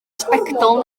sbectol